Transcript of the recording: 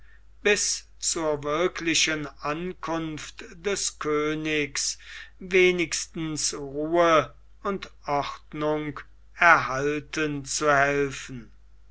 bis zur wirklichen ankunft des königs wenigstens ruhe und ordnung erhalten zu helfen